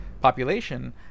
Population